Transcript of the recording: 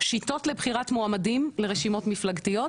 שיטות לבחירת מועמדים לרשימות מפלגתיות,